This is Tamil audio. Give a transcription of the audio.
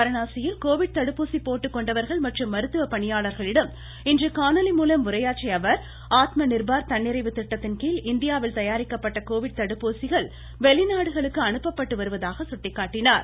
வாரணாசியில் கோவிட் தடுப்பூசி போட்டுக்கொண்டவர்கள் மற்றும் மருத்துவ பணியாளர்களிடம் இன்று காணொலி மூலம் உரையாற்றிய அவர் ஆத்ம நிர்பார் தன்னிறைவு திட்டத்தின் கீழ் இந்தியாவில் தயாரிக்கப்பட்ட கோவிட் தடுப்பூசிகள் வெளிநாடுகளுக்கு அனுப்பப்பட்டு வருவதாக சுட்டிக்காட்டினார்